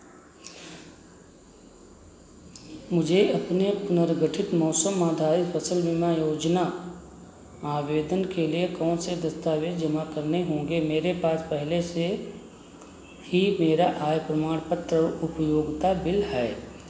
मुझे अपने पुनर्गठित मौसम आधारित फ़सल बीमा योजना आवेदन के लिए कौन से दस्तावेज़ जमा करने होंगे मेरे पास पहले से ही मेरा आय प्रमाण पत्र और उपयोगिता बिल है